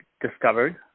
discovered